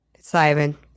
Simon